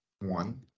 one